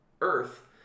earth